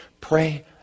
Pray